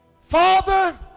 Father